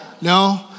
No